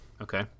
Okay